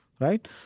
right